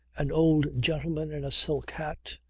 an old gentleman in a silk hat,